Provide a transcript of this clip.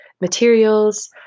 materials